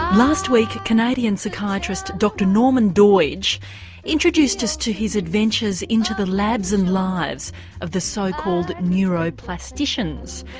last week canadian psychiatrist dr norman doidge introduced us to his adventures into the labs and lives of the so-called neuroplasticians.